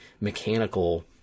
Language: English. mechanical